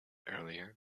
earlier